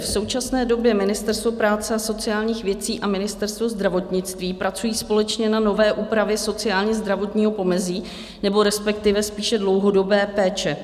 V současné době Ministerstvo práce a sociálních věcí a Ministerstvo zdravotnictví pracují společně na nové úpravě sociálnězdravotního pomezí nebo respektive spíše dlouhodobé péče.